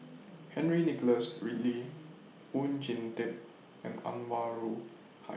Henry Nicholas Ridley Oon Jin Teik and Anwarul Hi